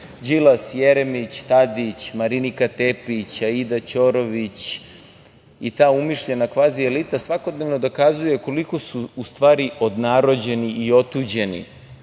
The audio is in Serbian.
Đilas, Jeremić, Tadić, Marinika Tepić, Aida Ćorović i ta umišljena kvazi elita svakodnevno dokazuje koliko su u stvari odnarođeni i otuđeni